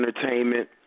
entertainment